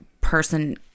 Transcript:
person